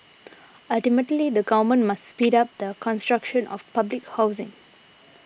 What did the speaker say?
ultimately the government must speed up the construction of public housing